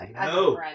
no